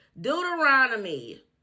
Deuteronomy